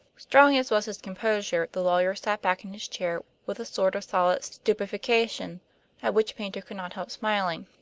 strong as was his composure, the lawyer sat back in his chair with a sort of solid stupefaction at which paynter could not help smiling.